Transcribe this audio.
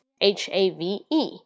h-a-v-e